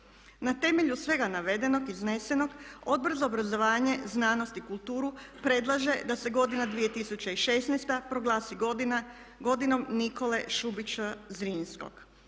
Na temelju svega navedenog, iznesenog Odbor za obrazovanje, znanost i kulturu predlaže da se godina 2016. proglasi godinom Nikole Šubića Zrinskog.